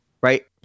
right